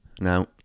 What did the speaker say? Now